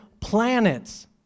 planets